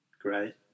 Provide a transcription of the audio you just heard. great